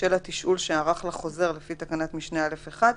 בשל התשאול שערך לחוזר לפי תקנת משנה (א)(1),